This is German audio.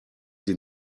sie